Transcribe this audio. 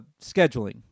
scheduling